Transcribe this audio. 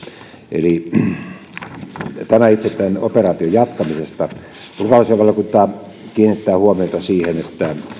eli tämä itse tämän operaation jatkamisesta ulkoasiainvaliokunta kiinnittää huomiota siihen että